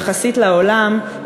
יחסית לעולם,